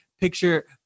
picture